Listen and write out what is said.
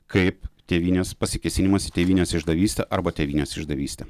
kaip tėvynės pasikėsinimas į tėvynės išdavystę arba tėvynės išdavystė